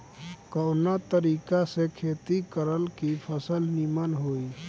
कवना तरीका से खेती करल की फसल नीमन होई?